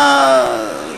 מה,